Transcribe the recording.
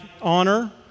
honor